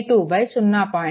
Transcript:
5